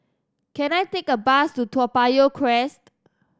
can I take a bus to Toa Payoh Crest